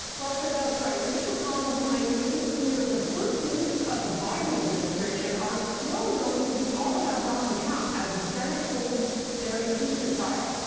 lester, that's right. mitch mcconnell tonight michael clear the first weeks of the biden administration are still going to be all about donald trump as the senate holds their impeachment trial.